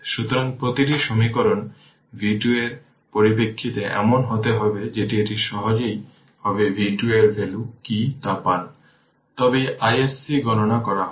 সুতরাং প্রতিটি সমীকরণ v 2 এর পরিপ্রেক্ষিতে এমন হবে যাতে এটি সহজেই হবে v 2 এর ভ্যালু কী তা পান তবেই iSC গণনা করা হবে